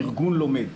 ארגון לומד.